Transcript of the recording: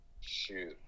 Shoot